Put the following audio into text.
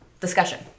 discussion